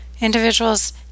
individuals